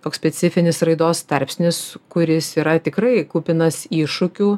toks specifinis raidos tarpsnis kuris yra tikrai kupinas iššūkių